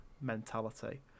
mentality